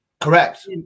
Correct